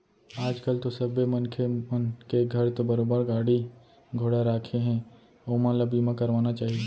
आज कल तो सबे मनखे मन के घर तो बरोबर गाड़ी घोड़ा राखें हें ओमन ल बीमा करवाना चाही